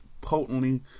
potently